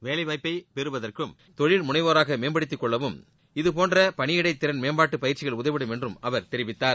வேலை வாய்ப்பை பெருவதற்கும் தொழில் முனைவோராக மேம்படுத்திக்கொள்ளவும் இதபோன்ற பணியிடை திறன் மேம்பாட்டு பயிற்சிகள் உதவிடும் என்று அவர் தெரிவித்தார்